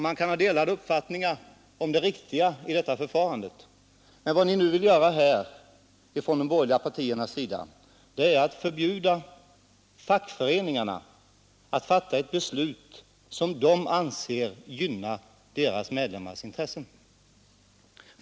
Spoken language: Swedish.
Man kan ha delade uppfattningar om det riktiga i detta förfarande — men vad ni nu vill göra från de borgerliga partiernas sida är att förbjuda fackföreningarna att fatta ett beslut, som de anser gynna deras medlemmars intressen.